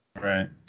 right